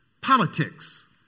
Politics